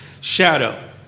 shadow